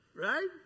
right